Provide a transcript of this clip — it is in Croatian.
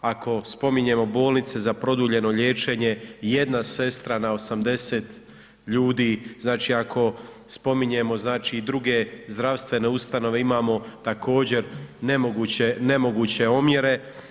Ako spominjemo bolnice za produljeno liječenje jedna sestra na 80 ljudi, znači ako spominjemo znači i druge zdravstvene ustanove imamo također nemoguće, nemoguće omjere.